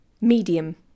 medium